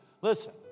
Listen